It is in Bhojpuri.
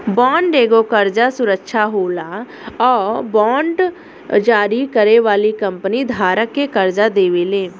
बॉन्ड एगो कर्जा सुरक्षा होला आ बांड जारी करे वाली कंपनी धारक के कर्जा देवेले